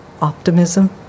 optimism